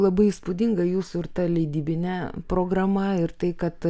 labai įspūdinga jų sukurta leidybine programa ir tai kad